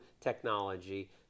technology